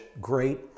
great